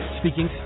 speaking